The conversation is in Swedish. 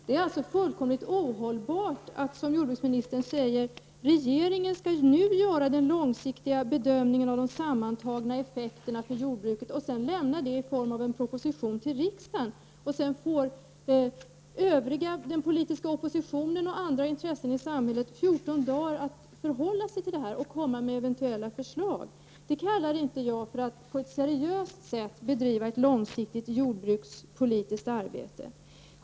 Det är fullkomligt ohållbart att, som jordbruksministern säger, regeringen nu skall göra den långsiktiga bedömningen av de sammantagna effekterna för jordbruket, och sedan lämna den i form av en proposition till riksdagen, varpå övriga — den politiska oppositionen och andra intressen i samhället — har 14 dagar att förhålla sig till denna proposition och komma med eventuella förslag. Det kallar inte jag att på ett seriöst sätt bedriva ett långsiktigt jordbrukspolitiskt arbete.